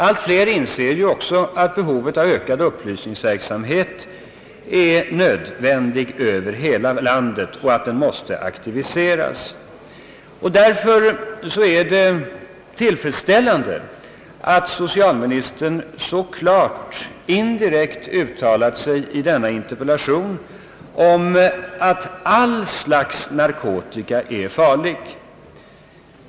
Allt fler inser att upplysningsverksamhet är nödvändig över hela landet och att den måste aktiviseras, Därför är det tillfredsställande att socialministern i denna interpellation så klart indirekt uttalat att allt slags narkotika är farligt.